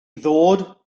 ddod